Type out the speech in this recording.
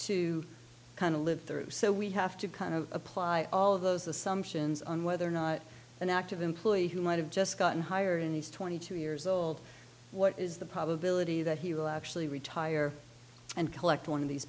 to kind of live through so we have to kind of apply all of those assumptions on whether or not an active employee who might have just gotten higher in these twenty two years old what is the probability that he will actually retire and collect one of these